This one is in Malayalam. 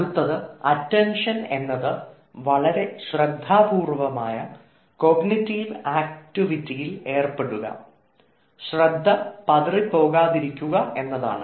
അടുത്തത് അറ്റൻഷൻ എന്നത് വളരെ ശ്രദ്ധാപൂർവ്വമായ കോഗ്നിറ്റീവ് ആക്ടിവിറ്റിയിൽ ഏർപ്പെടുക ശ്രദ്ധ പതറിപോകാതിരിക്കുക എന്നതാണ്